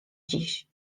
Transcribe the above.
dziś